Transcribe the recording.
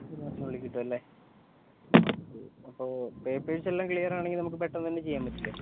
ഒരു മാസത്തിനുള്ളിൽ കിട്ടുമല്ലേ ഓക്കെ അപ്പോൾ പേപ്പേഴ്സെല്ലാം ക്ലിയർ ആണെങ്കിൽ നമുക്ക് പെട്ടന്ന് തന്നെ ചെയ്യാൻ പറ്റില്ലേ